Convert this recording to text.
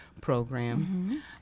program